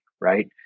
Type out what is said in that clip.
right